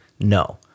No